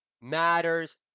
matters